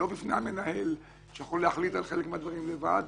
לא בפני המנהל שיכול להחליט על חלק מהדברים לבד.